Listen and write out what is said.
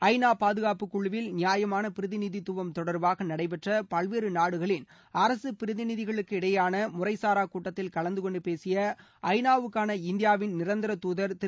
ஐ நா பாதுகாப்புக்குழுவில் நியாயமான பிரதிநிதித்துவம் தொடர்பாக நடைபெற்ற பல்வேறு நாடுகளின் அரசு பிரதிநிதிகளுக்கு இடையேயான முறைசாரா கூட்டத்தில் கலந்து கொண்டு பேசிய ஐநாவுக்கான இந்தியாவின் நிரந்தர துதர் திரு